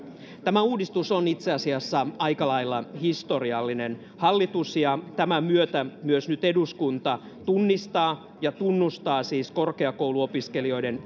tämä uudistus on itse asiassa aika lailla historiallinen hallitus ja tämän myötä myös nyt eduskunta tunnistavat ja tunnustavat siis korkeakouluopiskelijoiden